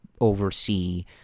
oversee